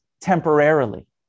temporarily